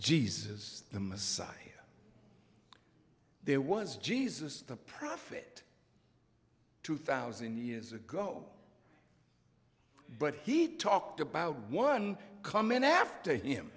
jesus the messiah there was jesus the profit two thousand years ago but he talked about one comment after him